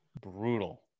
brutal